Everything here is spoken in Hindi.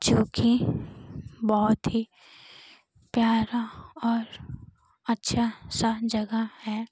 जो कि बहुत ही प्यारा और अच्छा सा जगह है